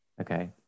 Okay